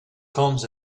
comes